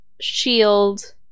shield